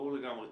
ברור לגמרי.